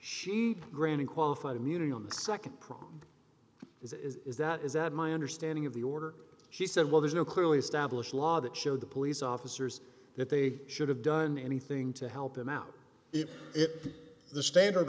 she granting qualified immunity on the nd problem is as is that is that my understanding of the order she said well there's no clearly established law that showed the police officers that they should have done anything to help him out if it the standard